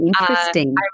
interesting